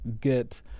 get